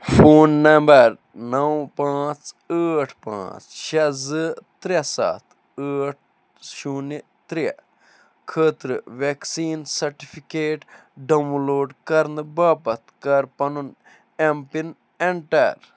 phone number نَو پانٛژھ ٲٹھ پانٛژھ شےٚ زٕ ترٛےٚ سَتھ ٲٹھ شوٗنہِ ترٛےٚ خٲطرٕ ویکسیٖن سرٹِفیکیٹ ڈاؤن لوڈ کرنہٕ باپتھ کر پَنُن ایم پِن ایٚنٹر